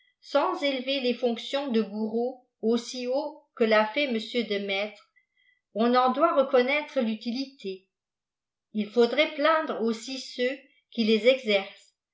sans élever les fonctions de bourreau aussi haut que l'a fait m de maistre on en doit recçnnaîire l'utilité il faudrait plaindre aussi ceux qui les exercent